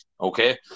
okay